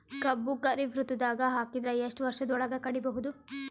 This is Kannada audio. ಕಬ್ಬು ಖರೀಫ್ ಋತುದಾಗ ಹಾಕಿದರ ಎಷ್ಟ ವರ್ಷದ ಒಳಗ ಕಡಿಬಹುದು?